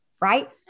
right